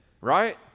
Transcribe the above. right